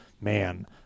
man